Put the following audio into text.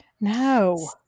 No